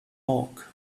bulk